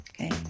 Okay